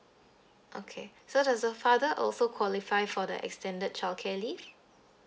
okay so does the father also qualify for the extended childcare leave